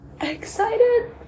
excited